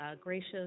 gracious